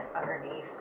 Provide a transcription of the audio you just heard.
underneath